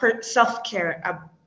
self-care